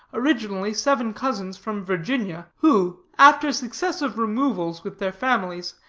originally seven cousins from virginia, who, after successive removals with their families,